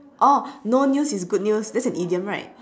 oh no news is good news that's an idiom right